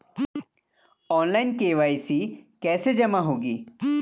Online KYC कैसे जमा होगी?